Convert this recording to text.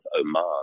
Oman